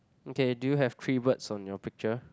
okay do you have three words on your picture